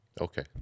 Okay